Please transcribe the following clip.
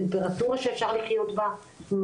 טמפרטורה שאפשר לחיות בה,